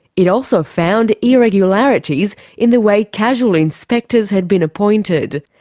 it also found irregularities in the way casual inspectors had been appointed.